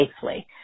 safely